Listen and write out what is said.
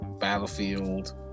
Battlefield